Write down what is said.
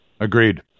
Agreed